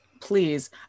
Please